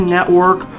Network